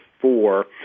four